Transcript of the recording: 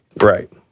Right